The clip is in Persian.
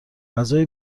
غذای